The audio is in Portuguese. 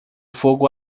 fogo